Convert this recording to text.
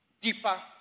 deeper